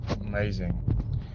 amazing